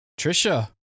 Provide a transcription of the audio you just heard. Trisha